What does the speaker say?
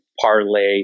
parlay